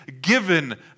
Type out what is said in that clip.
given